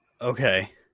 Okay